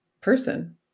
person